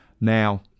Now